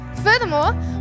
Furthermore